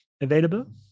available